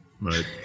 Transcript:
right